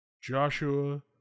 Joshua